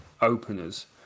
openers